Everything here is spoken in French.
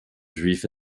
juifs